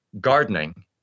Gardening